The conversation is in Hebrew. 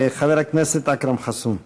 חבר הכנסת אכרם חסון.